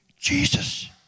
Jesus